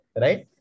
Right